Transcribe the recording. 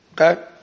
Okay